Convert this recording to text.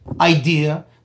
idea